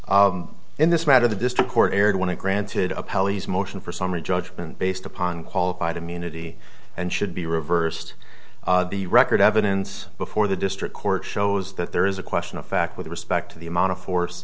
honor in this matter the district court erred when it granted a pelleas motion for summary judgment based upon qualified immunity and should be reversed the record evidence before the district court shows that there is a question of fact with respect to the amount of force